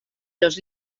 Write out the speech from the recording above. los